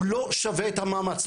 הוא לא שווה את המאמץ,